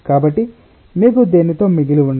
కాబట్టి మీకు దేనితో మిగిలి ఉన్నాయి